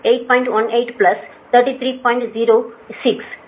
06 என்று எழுதுகிறேன்